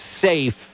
safe